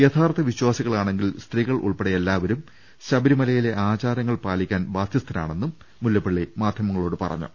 യഥാർത്ഥ വിശ്വാസികളാണെങ്കിൽ സ്ത്രീകൾ ഉൾപ്പെടെ എല്ലാ വരും ശബരിമലയിലെ ആചാരങ്ങൾ പാലിക്കാ്ൻ ബാധ്യസ്ഥരാ ണെന്നും മുല്ലപ്പളളി മാധ്യമങ്ങളോട് പറഞ്ഞു